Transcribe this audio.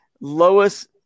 lowest